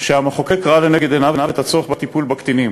שהמחוקק ראה לנגד עיניו את הצורך בטיפול בקטינים,